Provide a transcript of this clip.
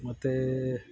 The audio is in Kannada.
ಮತ್ತೆ